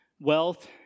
Wealth